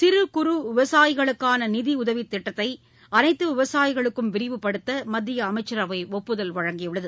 சிறுகுறு விவசாயிகளுக்கான நிதி உதவி திட்டத்தை அனைத்து விவசாயிகளுக்கும் விரிவுபடுத்த மத்திய அமைச்சரவை ஒப்புதல் அளித்துள்ளது